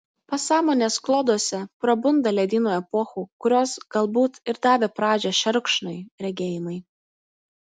pasąmonės kloduose prabunda ledynų epochų kurios galbūt ir davė pradžią šerkšnui regėjimai